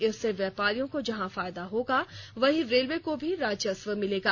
इससे व्यापारियों को जहाँ फायदा होगा वहीं रेलवे को भी राजस्व मिलेगा